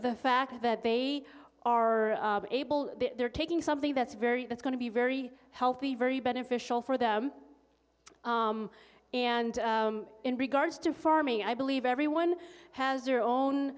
the fact that they are able they're taking something that's very that's going to be very healthy very beneficial for them and in regards to farming i believe everyone has their